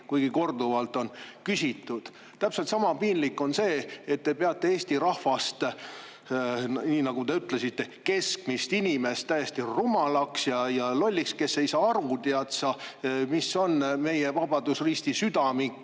kuigi korduvalt on seda küsitud. Täpselt sama piinlik on see, et te peate Eesti rahvast, nii nagu te ütlesite, keskmist inimest täiesti rumalaks ja lolliks, kes ei saa aru, tead sa, milline on meie Vabadusristi südamik